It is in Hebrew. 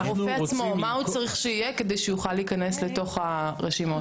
מה הוא צריך שיהיה כדי שהוא יוכל להיכנס לתוך הרשימות?